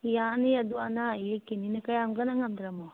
ꯌꯥꯅꯤ ꯑꯗꯨ ꯑꯅꯥ ꯑꯌꯦꯛꯀꯤꯅꯤꯅꯦ ꯀꯌꯥꯝ ꯀꯟꯅ ꯉꯝꯗ꯭ꯔꯃꯣ